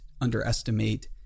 underestimate